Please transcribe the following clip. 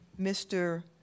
Mr